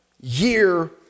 year